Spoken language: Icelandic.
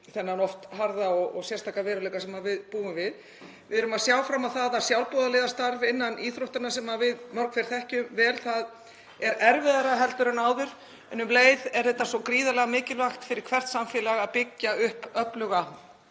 þennan oft harða og sérstaka veruleika sem við búum við. Við erum að sjá fram á það að sjálfboðaliðastarfið innan íþróttanna, sem við þekkjum mörg hver vel, er erfiðara en áður. En um leið er þetta svo gríðarlega mikilvægt fyrir hvert samfélag að byggja upp öfluga